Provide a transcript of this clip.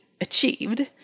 achieved